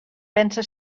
pensa